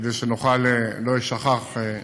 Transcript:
כדי שהדבר הזה לא יישכח.